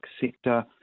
sector